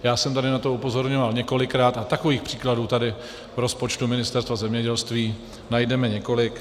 Já jsem tady na to upozorňoval několikrát a takových příkladů tady v rozpočtu Ministerstva zemědělství najdeme několik.